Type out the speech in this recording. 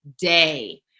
day